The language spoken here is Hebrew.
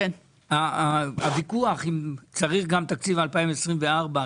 הוויכוח אם צריך גם תקציב 24',